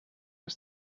ist